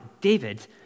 David